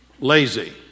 lazy